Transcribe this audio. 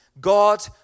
God